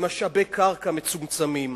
עם משאבי קרקע מצומצמים,